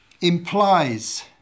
implies